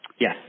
Yes